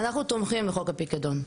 אנחנו תומכים בחוק הפיקדון.